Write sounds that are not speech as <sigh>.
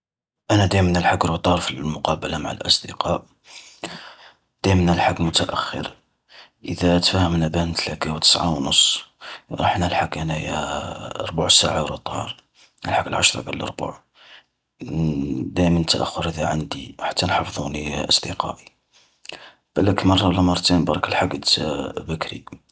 أنا دايماً نلحق روطار في المقابلة مع الأصدقاء، دايماً نلحق متأخر. إذا تفاهمنا باه نتلاقاو التسعة ونص، راح نلحق هنا انايا <hesitation> ربع ساعة روطار، نلحق العشرة قل الربع، <hesitation> دايمن التأخر هذا عندي حتان حفظوني <hesitation> اصدقائي. بالاك مرّة ولا مرتين برك لحقت <hesitation> بكري.